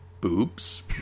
boobs